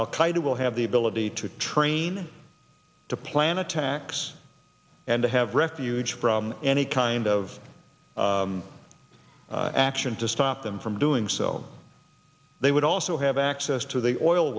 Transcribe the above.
qaeda will have the ability to train to plan attacks and to have refuge from any kind of action to stop them from doing so they would also have access to the oil